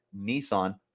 Nissan